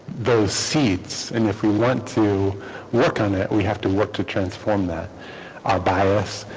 those seats and if we want to work on it we have to work to transform that our bias